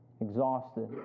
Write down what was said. exhausted